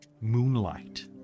moonlight